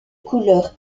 couleur